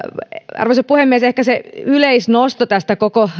arvoisa puhemies ehkä se yleisnosto tästä koko